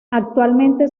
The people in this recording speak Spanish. actualmente